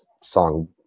song